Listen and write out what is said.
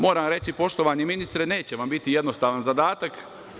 Moram reći, poštovani ministre, neće vam biti jednostavan zadatak.